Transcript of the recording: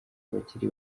abakiri